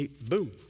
Boom